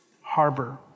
harbor